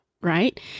right